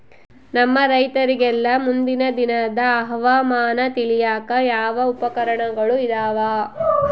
ನಮ್ಮ ರೈತರಿಗೆಲ್ಲಾ ಮುಂದಿನ ದಿನದ ಹವಾಮಾನ ತಿಳಿಯಾಕ ಯಾವ ಉಪಕರಣಗಳು ಇದಾವ?